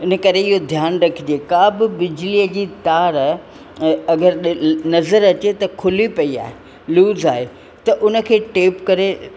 इन करे इहो ध्यानु रखिजे का बि बिजलीअ जी तार आहे अगरि नज़रु अचे त खुली पई आहे लूज़ आहे त उन खे टेप करे